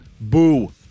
boo